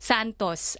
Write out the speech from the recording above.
Santos